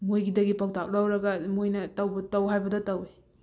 ꯃꯣꯏꯒꯤꯗꯒꯤ ꯄꯥꯎꯇꯥꯛ ꯂꯧꯔꯒ ꯃꯣꯏꯅ ꯇꯧꯕ ꯇꯧ ꯍꯥꯏꯕꯗꯣ ꯇꯧꯋꯤ